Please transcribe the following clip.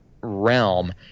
realm